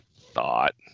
thought